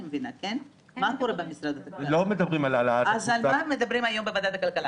הם לא מדברים על העלאת התפוסה.